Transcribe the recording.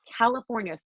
California